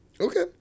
Okay